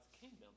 kingdom